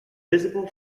visible